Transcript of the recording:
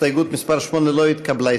הסתייגות מס' 8 לא נתקבלה.